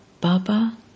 Baba